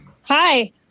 Hi